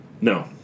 No